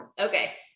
okay